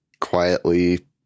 quietly